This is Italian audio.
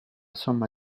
somma